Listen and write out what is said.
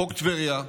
חוק טבריה,